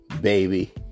Baby